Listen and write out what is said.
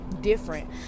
different